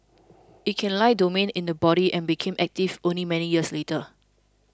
it can lie dormant in the body and become active only many years later